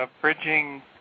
Bridging